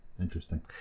interesting